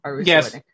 yes